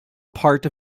part